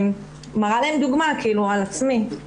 אני מראה להם דוגמה, את עצמי.